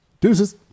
Deuces